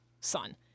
son